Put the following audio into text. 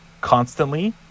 constantly